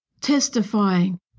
testifying